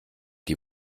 die